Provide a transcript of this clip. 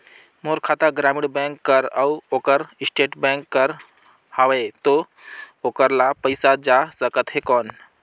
मोर खाता ग्रामीण बैंक कर अउ ओकर स्टेट बैंक कर हावेय तो ओकर ला पइसा जा सकत हे कौन?